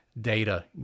data